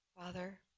Father